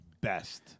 best